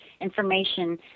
information